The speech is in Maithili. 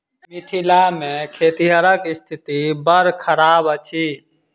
मिथिला मे खेतिहरक स्थिति बड़ खराब अछि